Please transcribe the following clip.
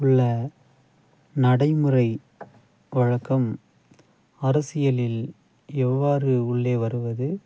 உள்ள நடைமுறை வழக்கம் அரசியலில் எவ்வாறு உள்ளே வருவது